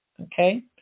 okay